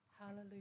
Hallelujah